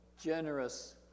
generous